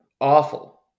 awful